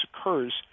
occurs